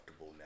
now